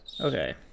Okay